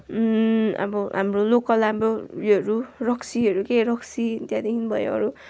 अब हाम्रो लोकल हाम्रो योहरू रक्सीहरू के रक्सी त्यहाँदेखि भयो अरू